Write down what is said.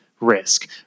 Risk